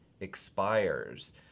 expires